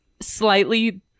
slightly